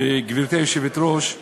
גברתי היושבת-ראש,